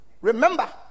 remember